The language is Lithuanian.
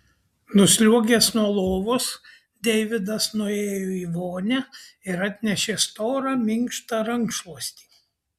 nusliuogęs nuo lovos deividas nuėjo į vonią ir atnešė storą minkštą rankšluostį